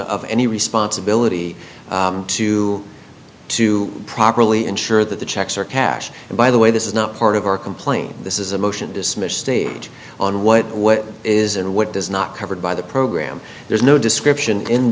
of any responsibility to to properly ensure that the checks are cash and by the way this is not part of our complain this is a motion dismissed stage on what what is and what does not covered by the program there's no description in